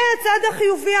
זה הצד החיובי,